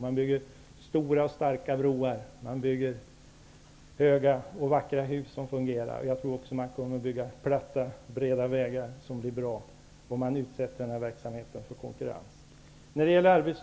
Man bygger stora och starka broar, man bygger höga och vackra hus som fungerar -- jag tror att man också kommer att bygga platta och breda vägar som blir bra, om man utsätter den här verksamheten för konkurrens.